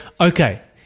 Okay